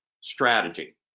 strategy